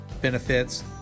benefits